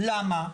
למה?